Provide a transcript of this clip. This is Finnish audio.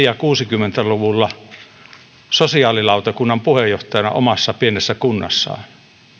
ja kuusikymmentä luvuilla ollut pitkään sosiaalilautakunnan puheenjohtajana omassa pienessä kunnassaan